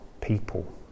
people